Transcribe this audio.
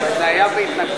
זה היה בהתנגדות,